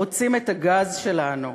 רוצים את הגז שלנו.